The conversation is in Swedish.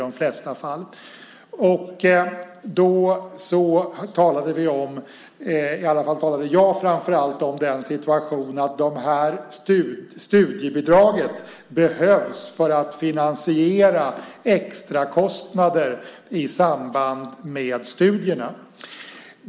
Jag har talat om situationer när studiebidraget behövs för att finansiera extrakostnader i samband med studierna.